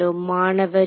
மாணவர் U